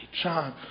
John